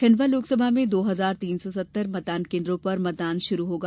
खंडवा लोकसभा में दो हजार तीन सौ सत्तर मतदान केन्द्रों पर मतदान शुरू होगा